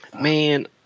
Man